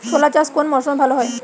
ছোলা চাষ কোন মরশুমে ভালো হয়?